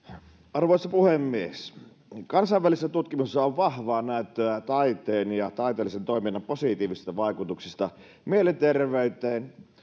arvoisa puhemies kansainvälisissä tutkimuksissa on vahvaa näyttöä taiteen ja taiteellisen toiminnan positiivisista vaikutuksista mielenterveyteen